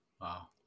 Wow